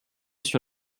sur